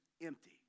empty